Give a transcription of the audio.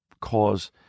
cause